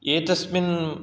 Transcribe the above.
एतस्मिन्